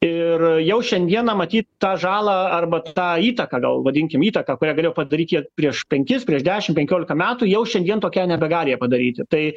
ir jau šiandieną matyt tą žalą arba tą įtaką gal vadinkim įtaką kurią galėjo padaryt jie prieš penkis prieš dešimt penkiolika metų jau šiandien tokia nebegali jie padaryti tai